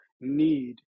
need